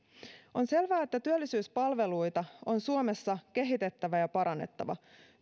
on selvää että työllisyyspalveluita on suomessa kehitettävä ja parannettava